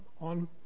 on